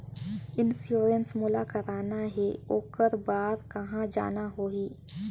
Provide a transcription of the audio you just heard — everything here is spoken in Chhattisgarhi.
इंश्योरेंस मोला कराना हे ओकर बार कहा जाना होही?